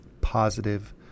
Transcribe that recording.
positive